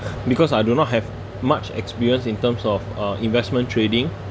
because I do not have much experience in terms of uh investment trading